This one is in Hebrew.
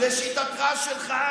לשיטתך שלך,